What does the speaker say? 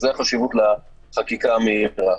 זו החשיבות לחקיקה המהירה.